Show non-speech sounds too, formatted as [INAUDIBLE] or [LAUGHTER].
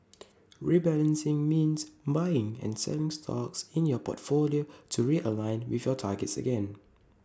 [NOISE] rebalancing means buying and selling stocks in your portfolio to realign with your targets again